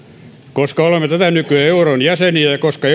koska olemme tätä nykyä euron jäseniä ja koska